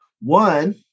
One